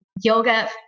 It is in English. yoga